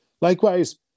Likewise